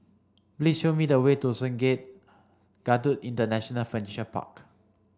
please show me the way to Sungei Kadut International Furniture Park